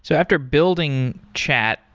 so after building chat,